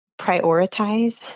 prioritize